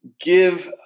give